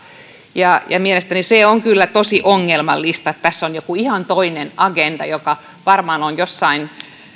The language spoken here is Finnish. mielestäni on kyllä tosi ongelmallista että tässä on joku ihan toinen agenda joka varmaan on jostain